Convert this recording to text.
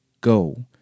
go